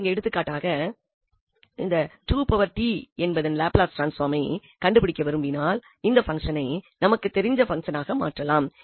எனவே இங்கு எடுத்துக்காட்டாக இந்த என்பதன் லாப்லஸ் டிரான்ஸ்பாமை கண்டுபிடிக்க விரும்பினால் இந்த பங்சனை நமக்கு தெரிந்த பங்சனாக மாற்றலாம்